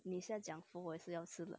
你是讲朋友也是要吃了